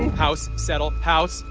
house, settle. house,